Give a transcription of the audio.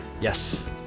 Yes